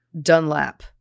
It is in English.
Dunlap